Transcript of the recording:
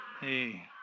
hey